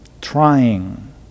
Trying